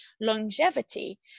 Longevity